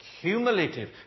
cumulative